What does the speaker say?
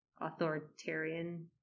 authoritarian